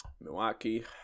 Milwaukee